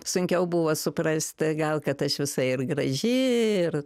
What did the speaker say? sunkiau buvo suprasti gal kad aš visa ir graži ir